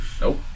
Nope